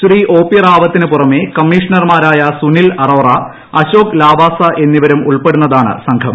Shri O P റാവത്തിന് പുറമേ കമ്മീഷണർമാരായ സുനിൽ അറോറ അശോക് ലാവാസാ എന്നിവരും ഉൾപ്പെടുന്നതാണ് സംഘം